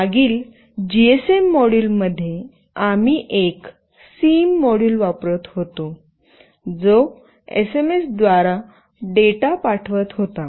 मागील जीएसएम मॉड्यूलमध्ये आम्ही एक सिम मॉड्यूल वापरत होतो जो एसएमएस द्वारे डेटा पाठवित होता